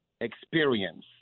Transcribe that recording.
experience